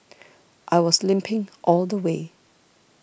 I was limping all the way